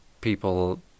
people